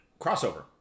Crossover